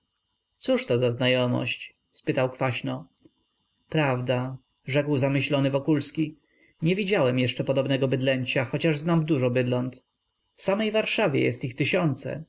cóż to za znajomość spytał kwaśno prawda rzekł zamyślony wokulski nie widziałem jeszcze podobnego bydlęcia chociaż znam dużo bydląt w samej warszawie jest ich tysiące